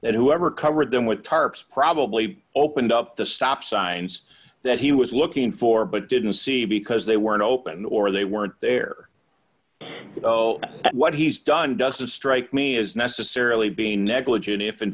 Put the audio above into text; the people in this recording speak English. that whoever covered them with tarps probably opened up the stop signs that he was looking for but didn't see because they weren't open or they weren't there what he's done doesn't strike me as necessarily being negligent if in